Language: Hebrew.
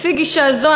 לפי גישה זו,